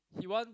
he want